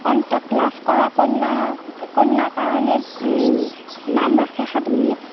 অন্তত লাভ কৰা কন্যাৰ কন্যা কাৰণে নাম ৰাখে সাধনী